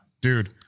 Dude